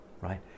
right